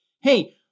hey